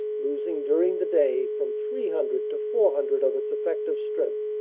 losing during the day from three hundred to four hundred of its effective strength.